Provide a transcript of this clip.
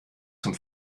zum